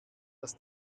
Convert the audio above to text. dass